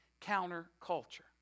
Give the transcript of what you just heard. counter-culture